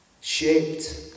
Shaped